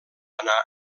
anar